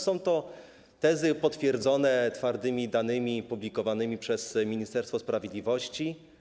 Są to tezy potwierdzone twardymi danymi publikowanymi przez Ministerstwo Sprawiedliwości.